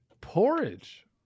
Porridge